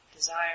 desire